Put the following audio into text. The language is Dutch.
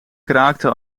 kraakte